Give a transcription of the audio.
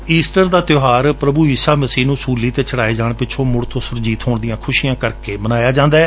Easter ਦਾ ਤਿਉਹਾਰ ਪ੍ਰਭੂ ਈਸਾ ਮਸੀਹ ਨੂੰ ਸੂਲੀ ਤੇ ਚੜਾਏ ਜਾਣ ਪਿੱਛੋਂ ਮੁੜ ਤੋ ਸੁਰਜੀਤ ਹੋਣ ਦੀਆਂ ਖੁਸੀਆਂ ਕਰਕੇ ਮਨਾਇਆ ਜਾਂਦੈ